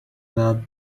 that